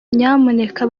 nyamuneka